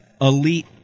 elite